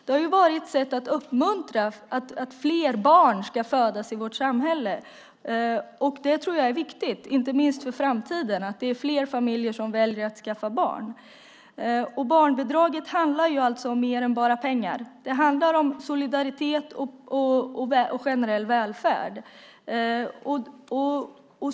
Det har varit ett sätt att uppmuntra att fler barn föds i vårt samhälle. Jag tror att det är viktigt, inte minst för framtiden, att det är fler familjer som väljer att skaffa barn. Barnbidraget handlar om mer än bara pengar. Det handlar om solidaritet och generell välfärd.